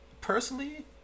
personally